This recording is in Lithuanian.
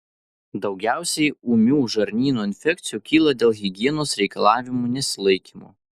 daugiausiai ūmių žarnyno infekcijų kyla dėl higienos reikalavimų nesilaikymo